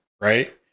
right